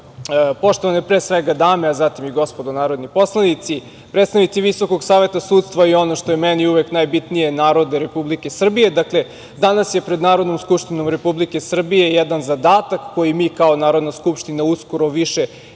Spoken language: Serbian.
pre svega, dame, a zatim i gospodo narodni poslanici, predstavnici Visokog saveta sudstva i ono što je meni uvek najbitnije narode Republike Srbije, danas je pred Narodnom skupštinom Republike Srbije jedan zadatak koji mi kao Narodna skupština uskoro više